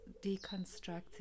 deconstructing